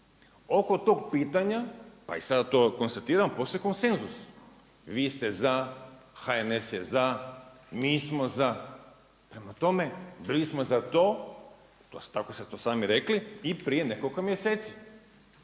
oko tog pitanja a i sada to konstatiramo postoji konsenzus. Vi ste za, HNS je za, mi smo za, prema tome bili smo za to tako ste to sami rekli i prije nekoliko mjeseci.